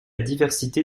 diversité